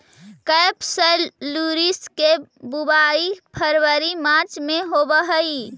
केपसुलरिस के बुवाई फरवरी मार्च में होवऽ हइ